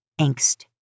angst